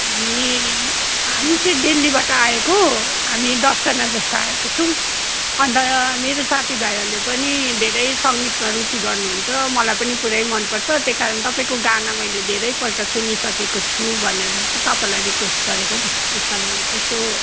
हामी हामी चाहिँ दिल्लीबाट आएको हामी दस जाना जस्तो आएको छौँ अन्त मेरो साथीभाइहरूले पनि धेरै सङ्गीतमा रुचि गर्नु हुन्छ मलाई पनि पुरै मन पर्छ त्यही कारण तपाईँको गाना मैले धेरैपल्ट सुनिसकेको छु भनेर चाहिँ तपाईँलाई रिक्वेस्ट गरेको नि एकताल यसो